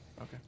Okay